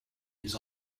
his